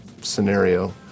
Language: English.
scenario